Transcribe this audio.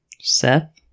Seth